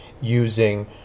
using